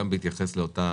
גם בהתייחס לאותה